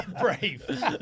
brave